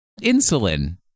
insulin